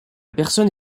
personne